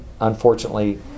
unfortunately